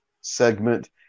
segment